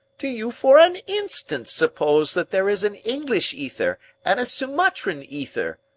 do you for an instant suppose that there is an english ether and a sumatran ether?